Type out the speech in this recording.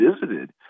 visited